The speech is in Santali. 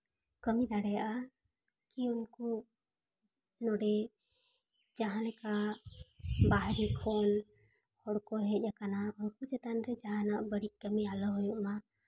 ᱠᱟᱹᱢᱤ ᱫᱟᱲᱮᱭᱟᱜᱼᱟ ᱠᱤ ᱩᱱᱠᱩ ᱱᱚᱰᱮ ᱡᱟᱦᱟᱸ ᱞᱮᱠᱟ ᱵᱟᱦᱨᱮ ᱠᱷᱚᱱ ᱦᱚᱲᱠᱚ ᱦᱮᱡ ᱟᱠᱟᱱᱟ ᱩᱱᱠᱩ ᱪᱮᱛᱟᱱ ᱨᱮ ᱡᱟᱦᱟᱱᱟᱜ ᱵᱟᱹᱲᱤᱡ ᱠᱟᱹᱢᱤ ᱟᱞᱚ ᱦᱩᱭᱩᱜ ᱢᱟ